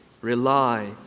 Rely